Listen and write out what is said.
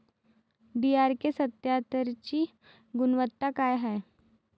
DRK सत्यात्तरची गुनवत्ता काय हाय?